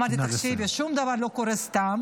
אמרתי: תקשיבו, שום דבר לא קורה סתם.